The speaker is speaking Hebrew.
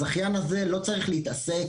הזכיין הזה לא צריך להתעסק.